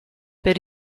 per